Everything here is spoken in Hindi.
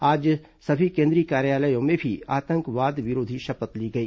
आज सभी केंद्रीय कार्यालयों में भी आतंकवाद विरोधी शपथ ली गई